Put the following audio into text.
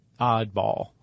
oddball